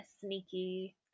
sneaky